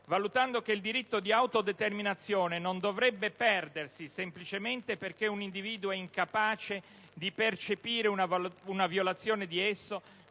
«Valutando che il diritto di autodeterminazione non dovrebbe perdersi semplicemente perché un individuo è incapace di percepire una violazione di esso,